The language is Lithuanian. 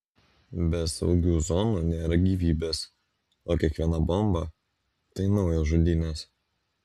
be saugių zonų nėra gyvybės o kiekviena bomba tai naujos žudynės